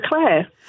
Claire